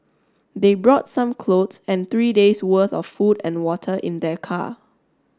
they brought some clothes and three days worth of food and water in their car